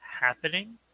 happening